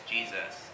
Jesus